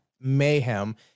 mayhem